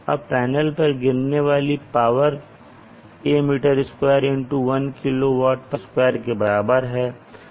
अब पैनल पर गिरने वाली पावर A m2 1 kWm2 के बराबर है